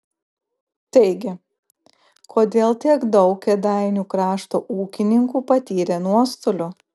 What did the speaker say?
taigi kodėl tiek daug kėdainių krašto ūkininkų patyrė nuostolių